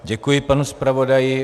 Děkuji panu zpravodaji.